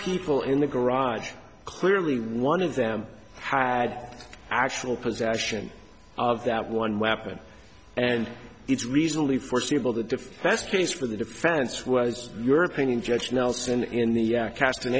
people in the garage clearly one of them had actual possession of that one weapon and it's reasonably foreseeable that the best case for the defense was your opinion judge nelson in the cast and